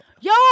Yo